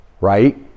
Right